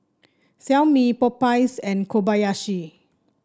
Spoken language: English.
Xiaomi Popeyes and Kobayashi